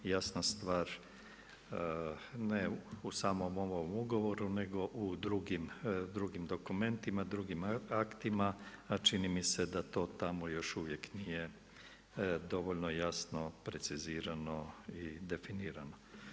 Jasna stvar ne u samom ovom ugovoru nego u drugim dokumentima, drugim aktima, a čini mi se da to tamo još uvijek nije dovoljno jasno precizirano i definirano.